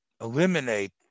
eliminate